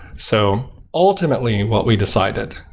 so ultimately what we decided,